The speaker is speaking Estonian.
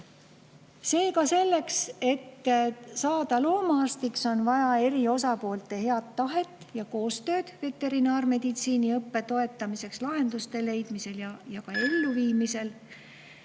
Seega selleks, et saada loomaarstiks, on vaja eri osapoolte head tahet ja koostööd veterinaarmeditsiini õppe toetamiseks lahenduste leidmisel ja ka elluviimisel.